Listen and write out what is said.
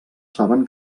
saben